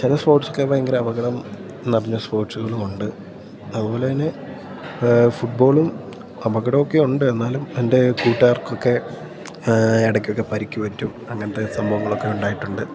ചില സ്പോർട്സൊക്കെ ഭയങ്കര അപകടം നിറഞ്ഞ സ്പോർട്സുകളും ഉണ്ട് അതുപോലെതന്നെ ഫുട്ബോളും അപകടമൊക്കെ ഉണ്ട് എന്നാലും എൻ്റെ കൂട്ടുകാർക്കൊക്കെ ഇടയ്ക്കൊക്കെ പരിക്കുപറ്റും അങ്ങനത്തെ സംഭവങ്ങളൊക്കെ ഉണ്ടായിട്ടുണ്ട്